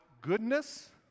goodness